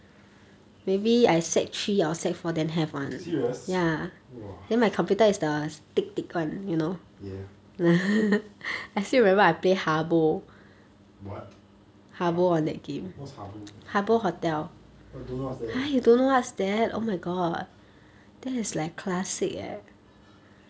serious !wah! ya what ha~ what's habbo I don't know what's that